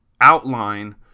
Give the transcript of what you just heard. Outline